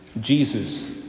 Jesus